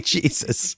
Jesus